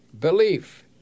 Belief